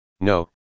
no